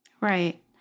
Right